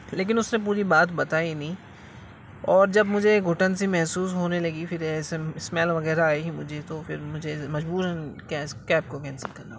لیکن اس سے پوری بات بتائی نہیں اور جب مجھے گھٹن سی محسوس ہونے لگی پھر ایسیم اسمیل وغیرہ آئی مجھے تو پھر مجھے مجبوراً کینس کیب کو کینسل کرنا پڑا